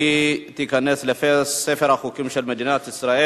ובכן, בעד, 11, אין מתנגדים.